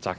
Tak.